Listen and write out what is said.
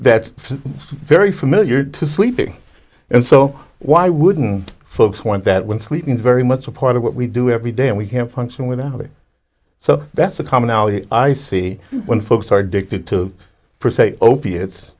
that's very familiar to sleeping and so why wouldn't folks want that when sleep is very much a part of what we do every day and we can't function without it so that's a commonality i see when folks are addicted to pursue a opiates